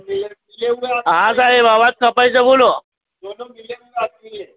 હા સાહેબ અવાજ કપાય છે બોલો